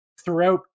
throughout